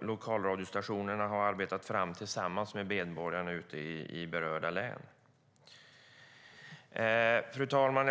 lokalradiostationerna har arbetat fram tillsammans med medborgarna ute i berörda län. Fru talman!